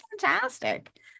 fantastic